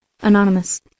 Anonymous